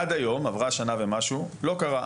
עד היום, עברה שנה ומשהו, לא קרה.